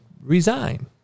resign